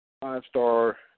five-star